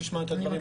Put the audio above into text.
תשמע את הדברים.